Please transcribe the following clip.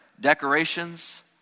decorations